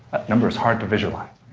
number is hard to visualize.